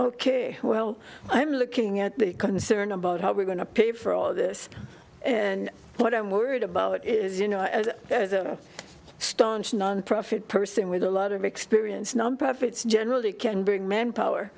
ok well i'm looking at the concern about how we're going to pay for all this and what i'm worried about is you know as a staunch nonprofit person with a lot of experience nonprofits generally can bring manpower